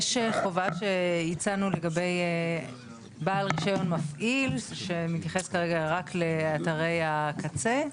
יש חובה שהצענו לגבי בעל רישיון מפעיל שמתייחס כרגע רק לאתרי הקצה,